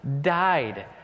died